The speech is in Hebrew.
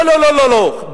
לא, לא, לא, פחדו,